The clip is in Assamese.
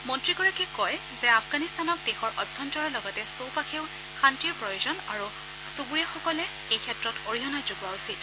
মন্ত্ৰীগৰাকীয়ে কয় যে আফগানিস্তানক দেশৰ অভ্যন্তৰৰ লগতে চৌপাশেও শান্তিৰ প্ৰয়োজন আৰু চুবুৰীয়াসকলে এই ক্ষেত্ৰত অৰিহণা যোগোৱা উচিত